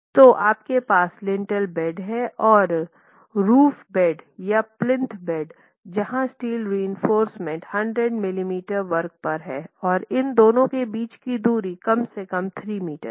तो आपके पास लिंटेल बैंड हैं और रूफ बैंड या प्लिंथ बैंड जहां स्टील रिइंफोर्समेन्ट 100 मिलीमीटर वर्ग पर है और इन दोनों के बीच की दूरी कम से कम 3 मीटर है